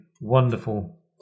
wonderful